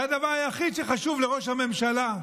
זה הדבר היחיד שחשוב לראש הממשלה,